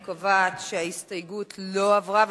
אני קובעת שההסתייגות לא עברה.